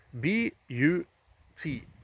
B-U-T